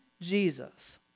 Jesus